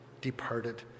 departed